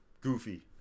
goofy